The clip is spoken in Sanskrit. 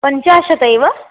पञ्चाशत् एव